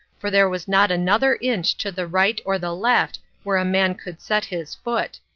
for there was not another inch to the right or the left where a man could set his foot.